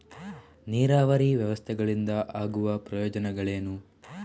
ನೀರಾವರಿ ವ್ಯವಸ್ಥೆಗಳಿಂದ ಆಗುವ ಪ್ರಯೋಜನಗಳೇನು?